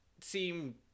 seem